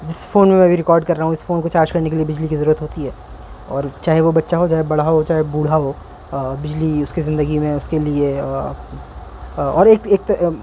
جس فون میں میں ابھی ریکارڈ کر رہا ہوں اس فون کو چارج کرنے کے لیے بجلی کی ضرورت ہوتی ہے اور چاہے وہ بچہ ہو چاہے بڑا ہو چاہے بوڑھا ہو بجلی اس کے زندگی میں اس کے لیے اور آپ کے اور ایک تو ایک تو